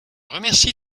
remercie